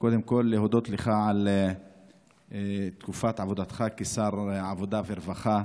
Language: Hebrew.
קודם כול להודות לך על תקופת עבודתך כשר העבודה והרווחה,